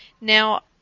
Now